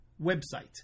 website